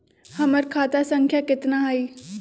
हमर खाता संख्या केतना हई?